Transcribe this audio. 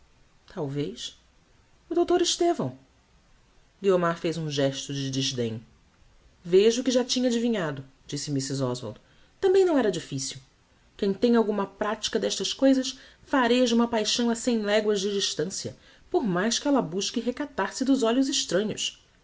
talvez o dr estevão guiomar fez um gesto de desdem vejo que tinha adivinhado disse mrs oswald também não era difficil quem tem alguma pratica destas cousas fareja uma paixão a cem legoas de distancia por mais que ella busque recatar se dos olhos estranhos